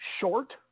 short